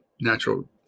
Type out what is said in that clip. natural